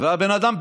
והבן אדם,